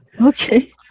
Okay